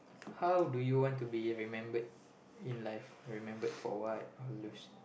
how do you want to be remembered in life remembered for what all those